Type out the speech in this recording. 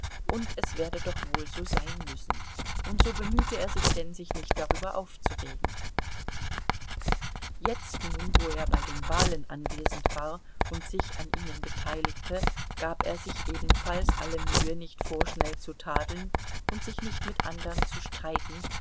und es werde doch wohl so sein müssen und so bemühte er sich denn sich nicht darüber aufzuregen jetzt nun wo er bei den wahlen anwesend war und sich an ihnen beteiligte gab er sich ebenfalls alle mühe nicht vorschnell zu tadeln und sich nicht mit andern zu streiten